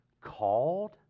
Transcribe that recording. called